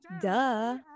duh